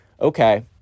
okay